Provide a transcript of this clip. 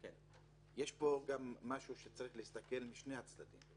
יש פה משהו שצריך להסתכל על שני הצדדים.